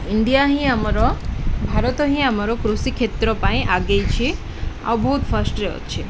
India ହିଁ ଆମର ଭାରତ ହିଁ ଆମର କୃଷି କ୍ଷେତ୍ର ପାଇଁ ଆଗେଇଛି ଆଉ ବହୁତ ଫାର୍ଷ୍ଟରେ ଅଛି